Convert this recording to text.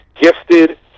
gifted